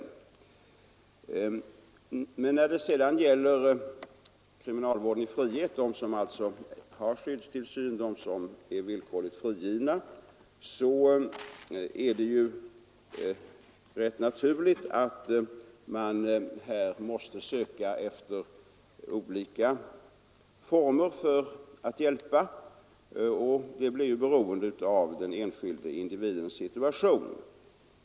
Men när det sedan gäller kriminalvård i frihet, dvs. personer som har skyddstillsyn och är villkorligt frigivna, är det rätt naturligt att man måste söka efter olika former för att hjälpa alltefter den enskilde individens situation.